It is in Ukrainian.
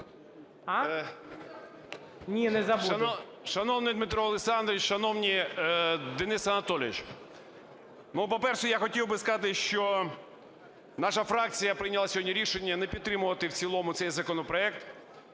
А.А. Шановний Дмитро Олександрович, шановний Денис Анатолійович! По-перше, я хотів би сказати, що наша фракція прийняла сьогодні рішення не підтримувати в цілому цей законопроект.